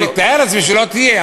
אני מתאר לעצמי שלא תהיה,